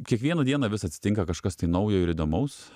kiekvieną dieną vis atsitinka kažkas tai naujo ir įdomaus